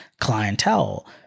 clientele